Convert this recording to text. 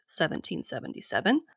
1777